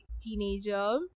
teenager